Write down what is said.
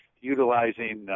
utilizing